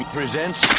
presents